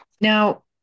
Now